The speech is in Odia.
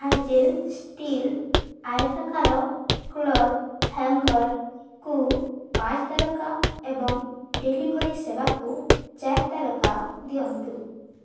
ହାଜେଲ୍ ଷ୍ଟିଲ୍ ଆୟତାକାର କ୍ଲଥ୍ ହ୍ୟାଙ୍ଗର୍କୁ ପାଞ୍ଚ ତାରକା ଏବଂ ଡ଼େଲିଭରି ସେବାକୁ ଚାରି ତାରକା ଦିଅନ୍ତୁ